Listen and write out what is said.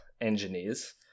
engineers